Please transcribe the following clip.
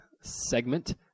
segment